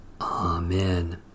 Amen